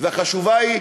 והחשובה היא,